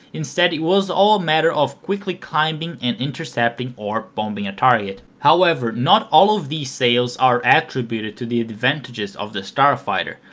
instead was all a matter of quickly climbing and intercepting or bombing a target. however not all of these sales are attributed to the advantages of the starfighter,